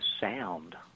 sound